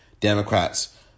Democrats